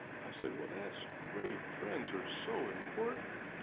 i said, well that's great, friends are so important.